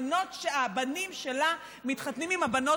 הבנות שהבנים שלה מתחתנים עם הבנות